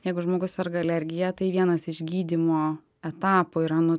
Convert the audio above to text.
jeigu žmogus serga alergija tai vienas iš gydymo etapų yra nu